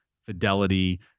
Fidelity